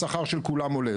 השכר של כולם עולה.